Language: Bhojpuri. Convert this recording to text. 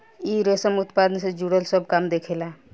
इ रेशम उत्पादन से जुड़ल सब काम देखेला